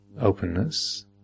openness